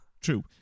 True